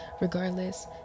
regardless